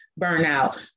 burnout